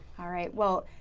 all right. well,